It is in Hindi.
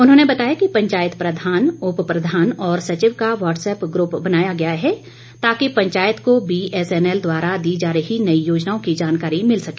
उन्होंने बताया कि पंचायत प्रधान उपप्रधान और सचिव का व्हाटसऐप्प ग्रुप बनाया गया है ताकि पंचायत को बीएसएनएल द्वारा दी जा रही नई योजनाओं की जानकारी मिल सके